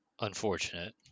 unfortunate